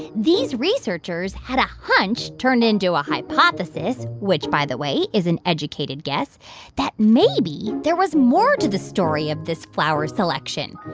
these researchers had a hunch turned into a hypothesis which, by the way, is an educated guess that maybe there was more to the story of this flower selection,